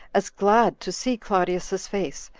as glad to see claudius's face,